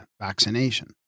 vaccination